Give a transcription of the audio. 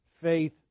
Faith